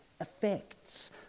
effects